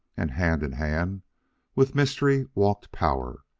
and hand in hand with mystery walked power.